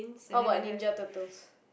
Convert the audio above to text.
what about Ninja-Turtles